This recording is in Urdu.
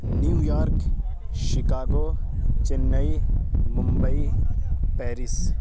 new York Chicago Chennai Mumbai Paris